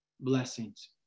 blessings